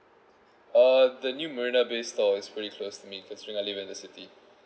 uh the new marina bay store is pretty close to me considering I live in the city